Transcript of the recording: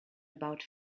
about